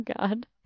God